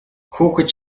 хүүхэд